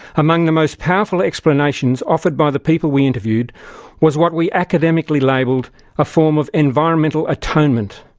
among the most powerful explanations offered by the people we interviewed was what we academically labelled a form of environmental atonement.